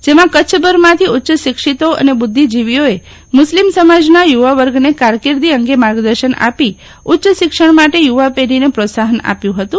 જેમાં કચ્છભરમાંથી ઉચ્ય શિક્ષિતો અને બુદ્ધિજીવીઓએ મુસ્લિમ સમાજના યુવાવર્ગને કારકિર્દી અંગે માર્ગદર્શન આપી ઉચ્ય શિક્ષણ માટે યુવાપેઢીને પ્રોત્સાફન આપ્યું હતું